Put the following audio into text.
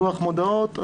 לוח מודעות.